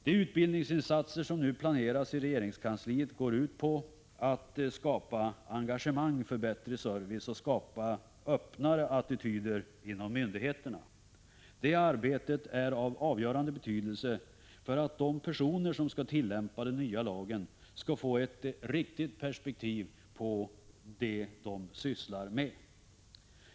De utbildningsinsatser som nu planeras i regeringskansliet går ut på att skapa engagemang för bättre service och skapa öppnare attityder inom myndigheterna. Det arbetet är av avgörande betydelse för att de personer som skall tillämpa den nya lagen skall få ett riktigt perspektiv på det de sysslar med.